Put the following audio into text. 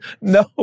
no